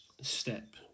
step